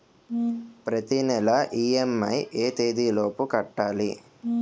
ప్రతినెల ఇ.ఎం.ఐ ఎ తేదీ లోపు కట్టాలి?